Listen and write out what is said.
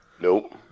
Nope